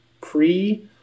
pre-